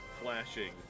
flashing